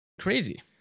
crazy